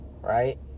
right